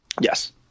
Yes